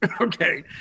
okay